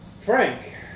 Frank